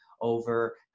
over